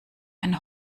ein